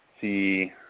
see